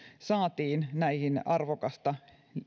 saatiin arvokasta